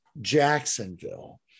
Jacksonville